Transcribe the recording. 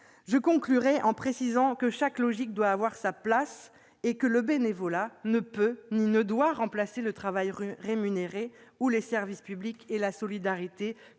Je conclus en précisant que chaque logique doit avoir sa place : le bénévolat ne peut ni ne doit remplacer le travail rémunéré ou les services publics et la solidarité